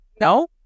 No